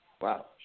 Wow